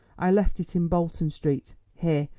i left it in bolton street. here,